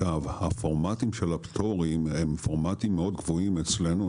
הפורמטים של הפטורים הם פורמטים מאוד גבוהים אצלנו.